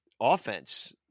offense